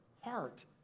heart